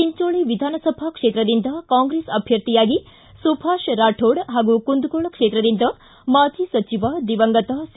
ಚಿಂಚೋಳ ವಿಧಾನಸಭಾ ಕ್ಷೇತ್ರದಿಂದ ಕಾಂಗ್ರೆಸ್ ಅಭ್ಯರ್ಥಿಯಾಗಿ ಸುಭಾಷ್ ರಾಕೋಡ್ ಹಾಗೂ ಕುಂದಗೋಳ ಕ್ಷೇತ್ರದಿಂದ ಮಾಜಿ ಸಚಿವ ದಿವಂಗತ ಸಿ